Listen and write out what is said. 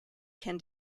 can